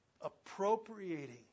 appropriating